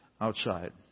outside